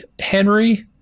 Henry